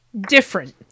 different